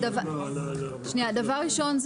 דבר ראשון,